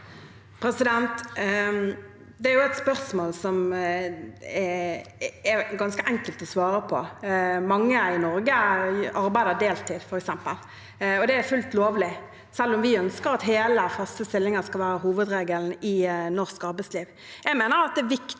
Det er et spørsmål som er ganske enkelt å svare på. Mange i Norge arbeider deltid, f.eks., og det er fullt lovlig, selv om vi ønsker at hele og faste stillinger skal være hovedregelen i norsk arbeidsliv.